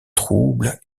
trouble